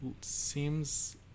seems